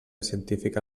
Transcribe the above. científica